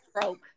broke